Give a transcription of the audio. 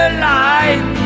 light